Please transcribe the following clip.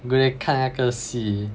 go and 看那个戏